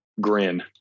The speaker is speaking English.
grin